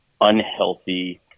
unhealthy